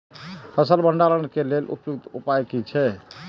फसल भंडारण के लेल उपयुक्त उपाय कि छै?